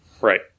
right